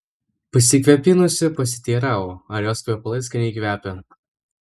pasikvėpinusi pasiteiravo ar jos kvepalai skaniai kvepią